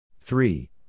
three